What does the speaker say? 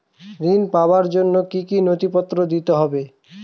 ঋণ পাবার জন্য কি কী নথিপত্র দিতে হবে?